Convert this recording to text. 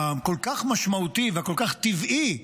כל כך משמעותי וכל כך טבעי,